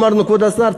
אמרנו: כבוד השר,